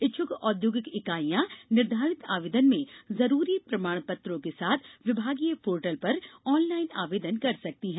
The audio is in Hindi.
इच्छुक औद्योगिक ईकाइयां निर्धारित आवेदन में जरूरी प्रमाण पत्रों के साथ विभागीय पोर्टल पर ऑनलाइन आवेदन कर सकती हैं